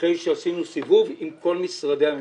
אחרי שעשינו סיבוב עם כל משרדי הממשלה.